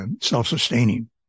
self-sustaining